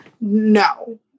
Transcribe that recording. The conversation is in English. no